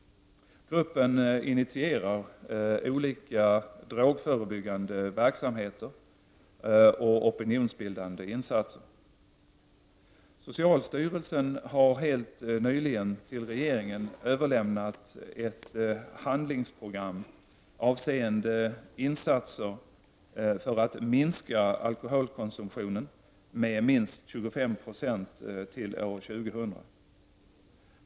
Gruppen initierar olika drogförebyggande verksamheter och opinionsbildande insatser. Socialstyrelsen har helt nyligen till regeringen överlämnat ett handlingsprogram, avseende insatser för att minska alkoholkonsumtionen med minst 25 9 till år 2000.